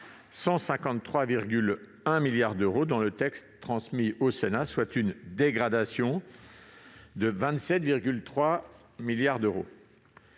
153,1 milliards d'euros dans le texte transmis au Sénat, soit une dégradation de 27,3 milliards d'euros.